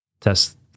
test